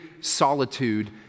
solitude